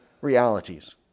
realities